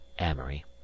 Amory